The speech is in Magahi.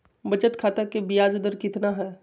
बचत खाता के बियाज दर कितना है?